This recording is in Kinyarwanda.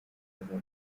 azajya